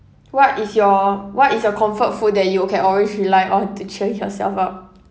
what is your what is your comfort food that you can always rely on to cheer yourself up